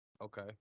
Okay